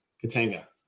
Katanga